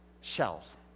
Shells